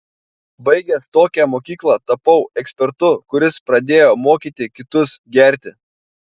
baigęs tokią mokyklą tapau ekspertu kuris pradėjo mokyti kitus gerti